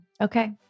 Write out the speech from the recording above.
Okay